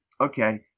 okay